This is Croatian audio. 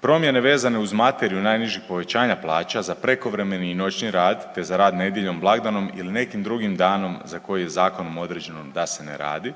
promjene vezane uz materiju najnižih povećanja plaća za prekovremeni i noćni rad te za rad nedjeljom, blagdanom ili nekim drugim danom za koji je zakonom određeno da se ne radi